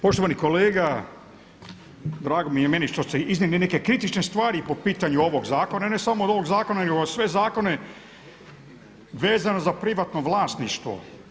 Poštovani kolega, drago mi je što ste iznijeli neke kritične stvari po pitanju ovog zakona, ne samo od ovog zakona nego i sve zakone vezano za privatno vlasništvo.